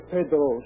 Pedro